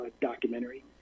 documentary